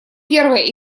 первая